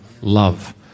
love